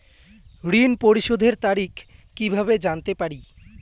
ঋণ পরিশোধের তারিখ কিভাবে জানতে পারি?